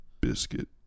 Biscuit